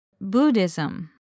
Buddhism